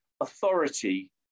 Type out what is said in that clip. authority